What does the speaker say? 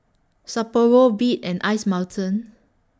Sapporo Veet and Ice Mountain